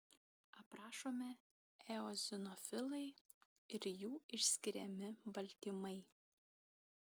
aprašomi eozinofilai ir jų išskiriami baltymai